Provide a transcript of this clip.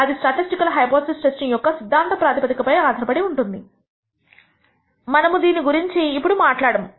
అది statistical hypothesis testing యొక్క సిద్ధాంత ప్రాతిపదికపై ఆధారపడి ఉంటుంది మనము దీని గురించి ఇప్పుడు మాట్లాడము